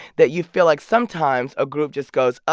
that you feel like sometimes a group just goes, ah